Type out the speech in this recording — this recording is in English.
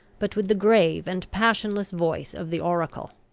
but with the grave and passionless voice of the oracle.